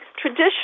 tradition